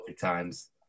times